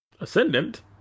Ascendant